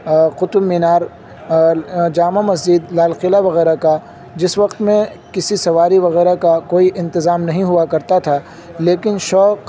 قطب مینار جامع مسجد لال قلعہ وغیرہ کا جس وقت میں کسی سواری وغیرہ کا کوئی انتظام نہیں ہوا کرتا تھا لیکن شوق